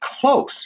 close